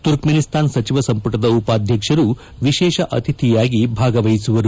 Turkmenistan ಸಚಿವ ಸಂಪುಟದ ಉಪಾಧ್ಯಕ್ಷರು ವಿಶೇಷ ಅತಿಥಿಯಾಗಿ ಭಾಗವಹಿಸಲಿದ್ದಾರೆ